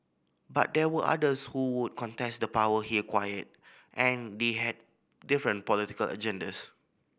but there were others who would contest the power he acquired and they had different political agendas